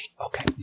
okay